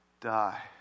die